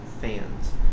fans